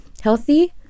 healthy